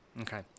okay